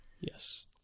yes